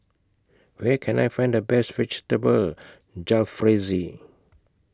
Where Can I Find The Best Vegetable Jalfrezi